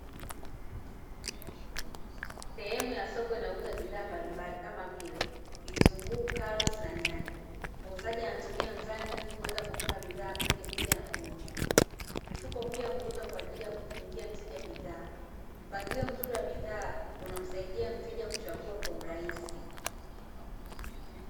Sehemu ya soko inauza bidhaa mbalimbali kama vile: vitunguu, karoti na nyanya muuzaji anatumia mzani ili kuweza kupima bidhaa pindi mteja anaponunua, mifuko pia huuzwa kwa ajili ya kumfungia mteja bidhaa. Mpangilio mzuri wa bidhaa humsaidia mteja kuchagua kwa urahisi.